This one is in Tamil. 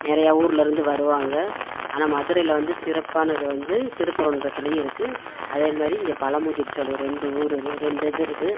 நிறையா ஊர்லயிருந்து வருவாங்கள் ஆனால் மதுரையில வந்து சிறப்பானது வந்து திருப்பரங்குன்றத்துலையும் இருக்கும் அதே மாதிரி இங்கே பழமுதிர் சோலை ரெண்டு ஊர் ரு ரெண்டு இது இருக்கும்